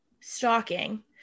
stalking